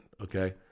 okay